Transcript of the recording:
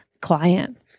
client